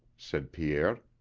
said pierre.